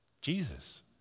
Jesus